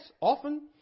often